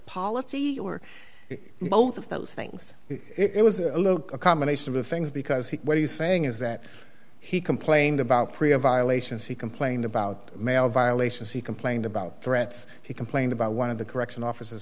policy or both of those things it was a combination of things because what he's saying is that he complained about priya violations he complained about male violations he complained about threats he complained about one of the correction office